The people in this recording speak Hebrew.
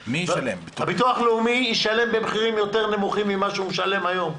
הביטוח הלאומי ישלם במחירים יותר נמוכים ממה שמשלם היום,